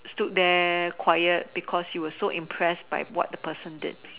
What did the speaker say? stood there quiet because you are so impressed by what the person did